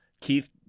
Keith